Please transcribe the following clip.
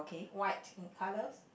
white in colour